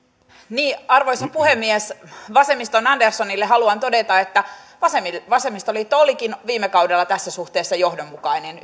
arvoisa puhemies vasemmiston anderssonille haluan todeta että vasemmistoliitto olikin viime kaudella tässä suhteessa johdonmukainen